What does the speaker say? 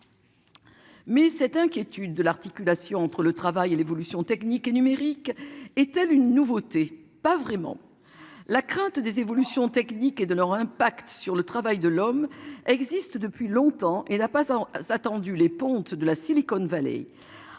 Mais cette inquiétude de l'articulation entre le travail et l'évolution technique et numérique est-elle une nouveauté. Pas vraiment. La crainte des évolutions techniques et de leur impact sur le travail de l'homme existe depuis longtemps et n'a pas en attendu les pontes de la Silicon Valley